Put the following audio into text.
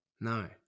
No